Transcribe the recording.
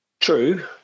True